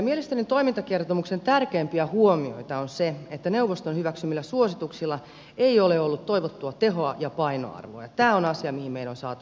mielestäni toimintakertomuksen tärkeimpiä huomioita on se että neuvoston hyväksymillä suosituksilla ei ole ollut toivottua tehoa ja painoarvoa ja tämä on asia mihin meidän on saatava muutos